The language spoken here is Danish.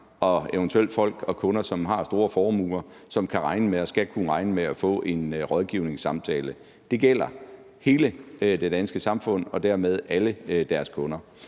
og eventuelt folk og kunder, som har store formuer, som kan regne med og skal kunne regne med at få en rådgivningssamtale. Det gælder hele det danske samfund og dermed alle deres kunder.